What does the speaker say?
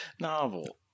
novel